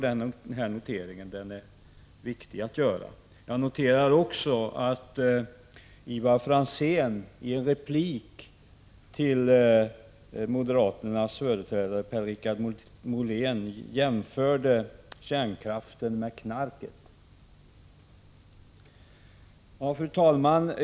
Den noteringen är det viktigt att göra. Jag noterar också att Ivar Franzén i en replik till moderaternas företrädare Per-Richard Molén jämförde kärnkraften med knarket. Fru talman!